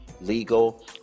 legal